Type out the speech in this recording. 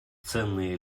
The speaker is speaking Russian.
ценные